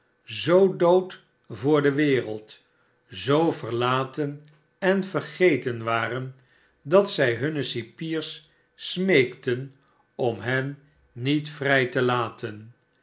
zoo dood voor de wereld zoo verlaten en vergeten waren dat zij hunne cipiers smeekten om hen niet vrij te laten